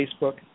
Facebook